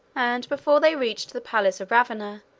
and before they reached the palace of ravenna,